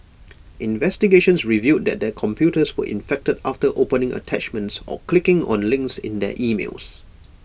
investigations revealed that their computers were infected after opening attachments or clicking on links in their emails